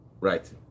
Right